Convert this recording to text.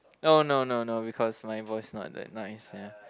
oh no no no because my voice not that nice ya